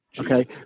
Okay